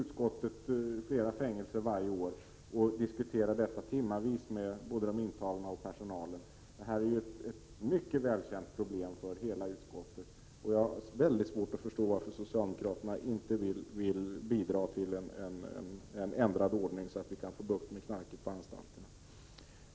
Utskottet besöker ju flera fängelser varje år och diskuterar timvis med både de intagna och med personalen. Detta är ett mycket välkänt problem för hela utskottet, och jag har svårt att förstå varför socialdemokraterna inte vill bidra till en ändrad ordning så att vi kan få bukt med knarket på anstalterna.